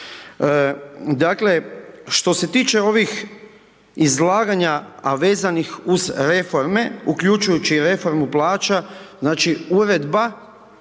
Dakle, što se tiče ovih izlaganja a vezanih uz reforme uključujući i reformu plaća, znači uredba